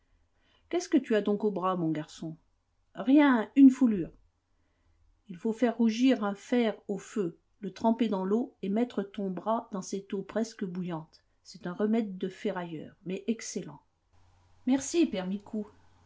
qu'est-ce que tu as donc au bras mon garçon rien une foulure il faut faire rougir un fer au feu le tremper dans l'eau et mettre ton bras dans cette eau presque bouillante c'est un remède de ferrailleur mais excellent merci père micou